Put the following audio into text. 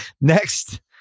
next